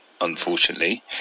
unfortunately